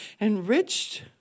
enriched